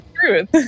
truth